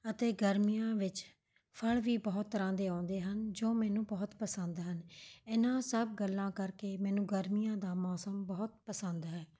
ਅਤੇ ਗਰਮੀਆਂ ਵਿੱਚ ਫਲ਼ ਵੀ ਬਹੁਤ ਤਰ੍ਹਾਂ ਦੇ ਆਉਂਦੇ ਹਨ ਜੋ ਮੈਨੂੰ ਬਹੁਤ ਪਸੰਦ ਹਨ ਇਹਨਾਂ ਸਭ ਗੱਲਾਂ ਕਰਕੇ ਮੈਨੂੰ ਗਰਮੀਆਂ ਦਾ ਮੌਸਮ ਬਹੁਤ ਪਸੰਦ ਹੈ